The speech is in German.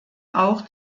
auch